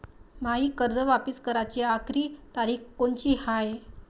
मायी कर्ज वापिस कराची आखरी तारीख कोनची हाय?